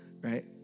right